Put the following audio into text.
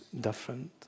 different